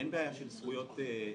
אין בעיה של זכויות יוצרים,